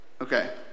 Okay